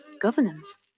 governance